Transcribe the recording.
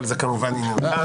אבל זה כמובן עניינך.